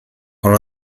con